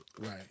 Right